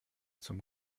zum